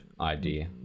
idea